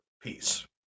peace